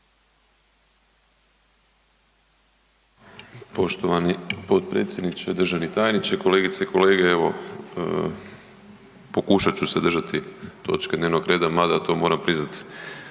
Poštovani potpredsjedniče, državni tajniče, kolegice i kolege, evo pokušati ću se držati točke dnevnog reda mada to moram priznati